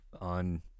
on